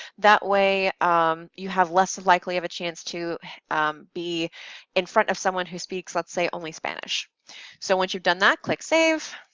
that way you have less likely of a chance to be in front of someone who speaks, let's say only spanish so once you've done that, click save.